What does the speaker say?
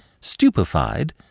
stupefied